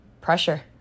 pressure